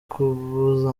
kubuza